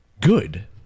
good